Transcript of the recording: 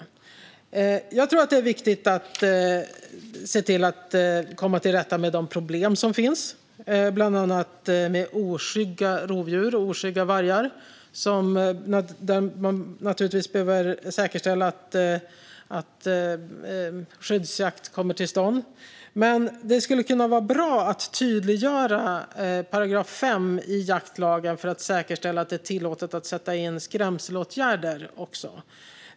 Jag tror också att det är viktigt att se till att komma till rätta med de problem som finns med bland annat oskygga vargar och andra rovdjur. Här behöver man naturligtvis säkerställa att skyddsjakt kommer till stånd. Det skulle dock vara bra att tydliggöra § 5 i jaktlagen för att säkerställa att det är tillåtet att också sätta in skrämselåtgärder.